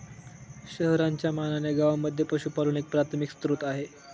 शहरांच्या मानाने गावांमध्ये पशुपालन एक प्राथमिक स्त्रोत आहे